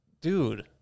Dude